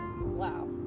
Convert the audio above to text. Wow